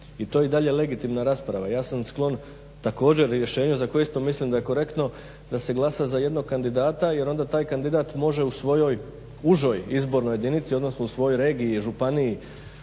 I to je i dalje legitimna rasprava. Ja sam sklon također rješenju za koje isto mislim da je korektno da se glasa za jednog kandidata jer onda taj kandidat može u svojoj užoj izbornoj jedinici, odnosno u svojoj regiji i županiji